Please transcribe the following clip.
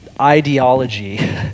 ideology